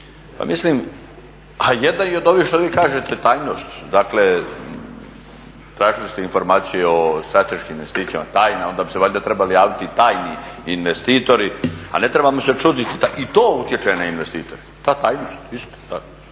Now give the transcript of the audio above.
Pa mislim, a jedna je i od ovih što vi kažete tajnost. Dakle, tražili ste informacije o strateškim investicijama tajne, onda bi se valjda trebali javiti i tajni investitori, a ne trebamo se čuditi da i to utječe na investitore, ta tajnost isto tako.